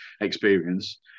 experience